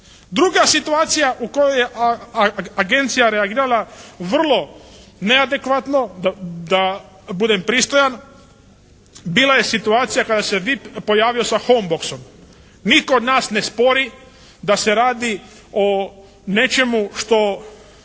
Druga situacija u kojoj je agencija reagirala vrlo neadekvatno, da budem pristojan, bila je situacija kad se VIP pojavio sa home boxom. Nitko od nas ne spori da se radi o nečemu što